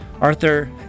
Arthur